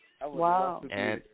Wow